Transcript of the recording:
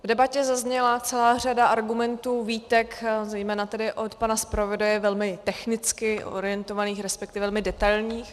V debatě zazněla celá řada argumentů, výtek, zejména tedy od pana zpravodaje, velmi technicky orientovaných, resp. velmi detailních.